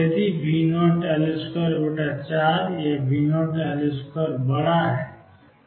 यदि V0L24 या V0L2 बड़ा है